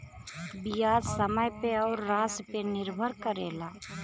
बियाज समय पे अउर रासी पे निर्भर करेला